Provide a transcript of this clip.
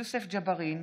יוסף ג'בארין,